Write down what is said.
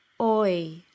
oi